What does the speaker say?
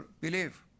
believe